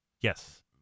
Yes